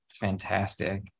fantastic